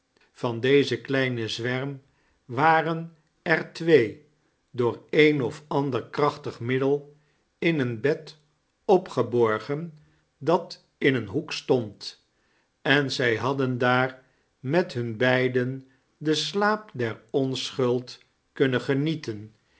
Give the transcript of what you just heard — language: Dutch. van dezen kleinen zwerm waren er twee door een of ander krachtig middel in een bed opgeborgen dat in een hoek stond en zij hadden daar met bun beiden den slaap der onschuld kunnen genieten